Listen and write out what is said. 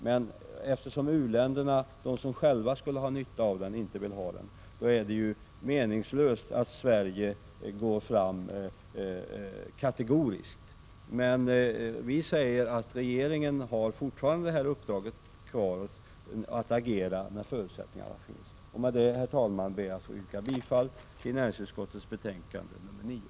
Men eftersom u-länderna, de som skulle ha nytta av den, inte vill ha den, är det meningslöst att Sverige går fram kategoriskt. Vi säger att regeringen fortfarande har uppdraget att agera när förutsättningarna finns. Herr talman! Med detta ber jag att få yrka bifall till utskottets hemställan i näringsutskottets betänkande 9.